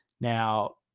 Now